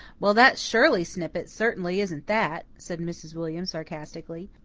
well, that shirley snippet certainly isn't that, said mrs. william sarcastically.